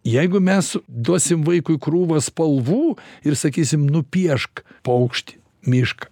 jeigu mes duosim vaikui krūvą spalvų ir sakysim nupiešk paukštį mišką